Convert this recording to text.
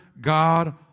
God